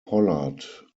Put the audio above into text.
pollard